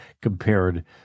compared